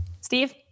Steve